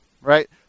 Right